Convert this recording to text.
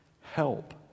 help